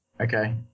Okay